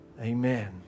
Amen